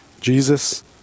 Jesus